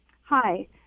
Hi